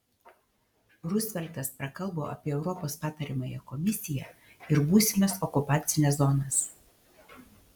ruzveltas prakalbo apie europos patariamąją komisiją ir būsimas okupacines zonas